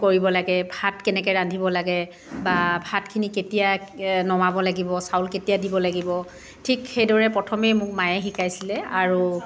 কৰিব লাগে ভাত কেনেকৈ ৰান্ধিব লাগে বা ভাতখিনি কেতিয়া নমাব লাগিব চাউল কেতিয়া দিব লাগিব ঠিক সেইদৰেই প্ৰথমেই মোক মায়ে শিকাইছিলে আৰু